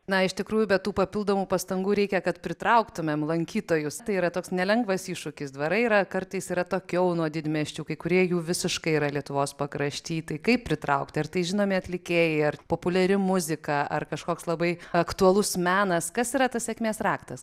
na iš tikrųjų be tų papildomų pastangų reikia kad pritrauktumėm lankytojus tai yra toks nelengvas iššūkis dvarai yra kartais ir atokiau nuo didmiesčių kai kurie jų visiškai yra lietuvos pakrašty tai kaip pritraukti ar tai žinomi atlikėjai ar populiari muzika ar kažkoks labai aktualus menas kas yra tas sėkmės raktas